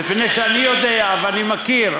מפני שאני יודע ואני מכיר,